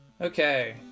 Okay